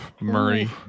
Murray